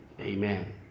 Amen